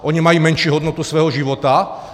Oni mají menší hodnotu svého života?